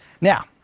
Now